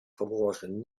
vanmorgen